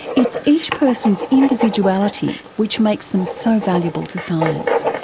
it's each person's individuality which makes them so valuable to science.